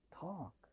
Talk